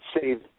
save